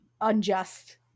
unjust